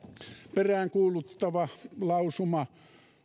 peräänkuuluttava lausuma